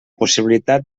possibilitat